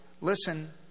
Listen